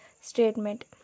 statement